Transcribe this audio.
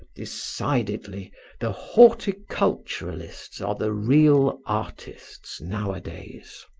decidedly the horticulturists are the real artists nowadays.